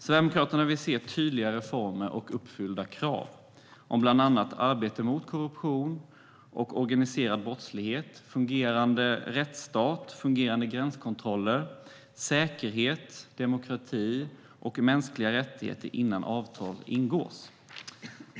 Sverigedemokraterna vill se tydligare reformer och uppfyllda krav om bland annat arbete mot korruption och organiserad brottslighet, fungerande rättsstat, fungerande gränskontroller, säkerhet samt demokrati och mänskliga rättigheter innan avtal ingås.